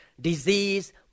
disease